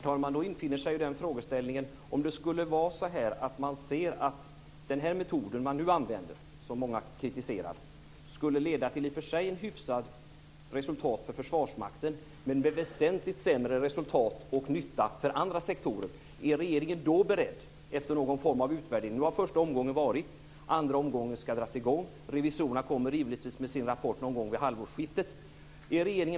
Herr talman! Om den metod som man nu använder, och som många kritiserar, skulle leda till ett i och för sig hyfsat resultat för Försvarsmakten, men med väsentligt sämre resultat och sämre nytta för andra sektorer, inställer sig frågan: Är regeringen beredd att efter någon form av utvärdering, med erfarenheter från första och andra försäljningen, göra en revidering där man på något sätt bättre beaktar de här sakerna?